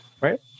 right